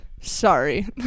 sorry